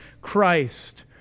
Christ